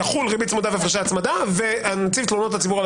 תחול ריבית צמודה והפרשי הצמדה ונציב תלונות הציבור על